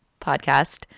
podcast